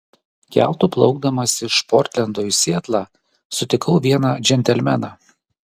keltu plaukdamas iš portlendo į sietlą sutikau vieną džentelmeną